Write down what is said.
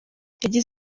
yagize